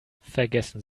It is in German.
vergessen